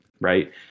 right